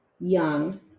young